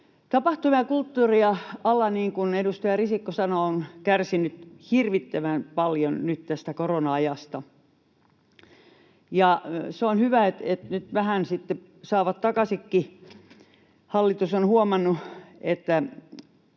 Tapahtuma- ja kulttuuriala, niin kuin edustaja Risikko sanoo, on kärsinyt hirvittävän paljon nyt tästä korona-ajasta. Se on hyvä, että nyt ne sitten vähän saavat takaisinkin. Hallitus on huomannut, että